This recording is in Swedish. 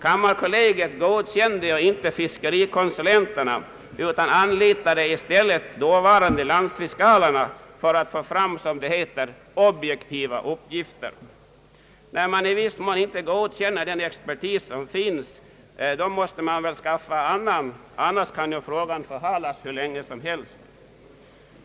Kammarkollegiet godkände ju inte fiskerikonsulenterna, utan anlitade i stället de dåvarande landsfiskalerna för att få fram, som det heter, objektiva uppgifter. När man inte godkänner den expertis som finns till hands måste man väl skaffa annan. Annars kan frågorna förhalas hur länge som helst.